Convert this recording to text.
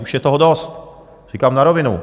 Už je toho dost, říkám na rovinu.